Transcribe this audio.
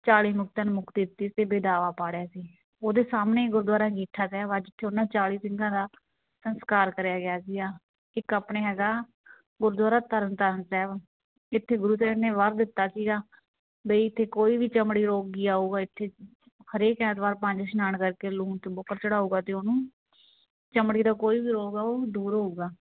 ਚਾਲੀ ਮੁਕਤਿਆਂ ਨੂੰ ਮੁਕਤੀ ਦਿੱਤੀ ਸੀ ਅਤੇ ਵਿਦਾਵਾ ਪਾੜਿਆ ਸੀ ਉਹਦੇ ਸਾਹਮਣੇ ਈ ਗੁਰਦੁਆਰਾ ਅੰਗੀਠਾ ਸਾਹਿਬ ਆ ਜਿੱਥੇ ਉਹਨਾਂ ਚਾਲੀ ਸਿੰਘਾਂ ਦਾ ਸੰਸਕਾਰ ਕਰਿਆ ਗਿਆ ਸੀਗਾ ਇੱਕ ਆਪਣੇ ਹੈਗਾ ਗੁਰਦੁਆਰਾ ਤਰਨਤਾਰਨ ਸਾਹਿਬ ਜਿੱਥੇ ਗੁਰੂ ਸਾਹਿਬ ਨੇ ਵਰ ਦਿੱਤਾ ਸੀਗਾ ਬਈ ਇੱਥੇ ਕੋਈ ਵੀ ਚਮੜੀ ਰੋਗੀ ਆਊਗਾ ਇੱਥੇ ਹਰੇਕ ਐਤਵਾਰ ਪੰਜ ਇਸ਼ਨਾਨ ਕਰਕੇ ਲੂਣ ਅਤੇ ਬੁੱਕਾ ਚੜ੍ਹਾਵੇਗਾ ਤਾਂ ਉਹਨੂੰ ਚਮੜੀ ਦਾ ਕੋਈ ਵੀ ਰੋਗ ਆ ਉਹ ਦੂਰ ਹੋਉਗਾ